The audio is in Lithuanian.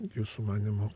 jūsų manymu